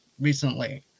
recently